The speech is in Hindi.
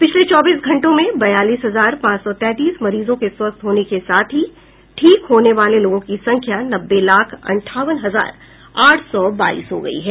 पिछले चौबीस घंटों में बयालीस हजार पांच सौ तैंतीस मरीजों के स्वस्थ होने के साथ ही ठीक होने वाले लोगों की संख्या नब्बे लाख अंठावन हजार आठ सौ बाईस हो गई है